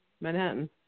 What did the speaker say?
Manhattan